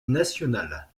nationales